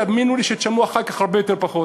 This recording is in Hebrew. תאמינו לי שתשלמו אחר כך הרבה פחות.